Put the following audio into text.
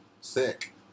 Sick